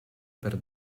per